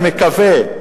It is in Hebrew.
אני מקווה,